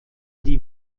die